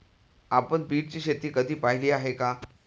आपण बीटची शेती कधी पाहिली आहे का?